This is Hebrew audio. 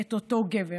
את אותו גבר.